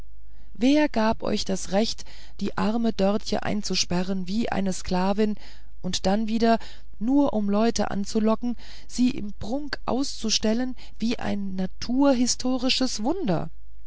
wer gab euch das recht die arme dörtje einzusperren wie eine sklavin und dann wieder um nur leute anzulocken sie im prunk auszustellen wie ein naturhistorisches wunder